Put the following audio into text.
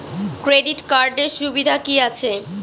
Credit কার্ডের সুবিধা কি আছে?